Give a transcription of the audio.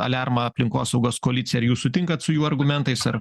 aliarmą aplinkosaugos koalicija ar jūs sutinkat su jų argumentais ar